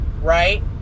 Right